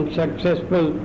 successful